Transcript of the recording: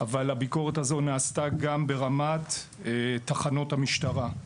אבל הביקורת הזו נעשתה גם ברמת תחנות המשטרה.